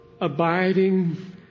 abiding